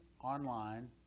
online